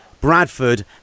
Bradford